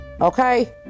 Okay